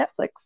Netflix